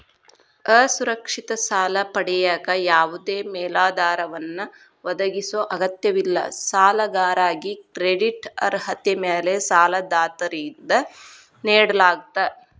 ಅಸುರಕ್ಷಿತ ಸಾಲ ಪಡೆಯಕ ಯಾವದೇ ಮೇಲಾಧಾರವನ್ನ ಒದಗಿಸೊ ಅಗತ್ಯವಿಲ್ಲ ಸಾಲಗಾರಾಗಿ ಕ್ರೆಡಿಟ್ ಅರ್ಹತೆ ಮ್ಯಾಲೆ ಸಾಲದಾತರಿಂದ ನೇಡಲಾಗ್ತ